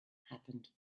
happened